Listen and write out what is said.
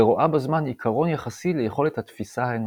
ורואה בזמן עיקרון יחסי ליכולת התפיסה האנושית.